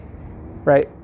Right